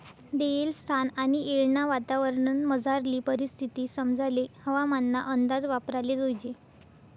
देयेल स्थान आणि येळना वातावरणमझारली परिस्थिती समजाले हवामानना अंदाज वापराले जोयजे